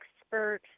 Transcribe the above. expert